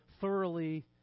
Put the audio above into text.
thoroughly